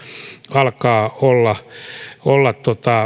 alkaa olla olla